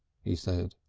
he said.